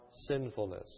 sinfulness